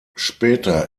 später